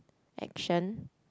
action